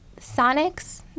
sonics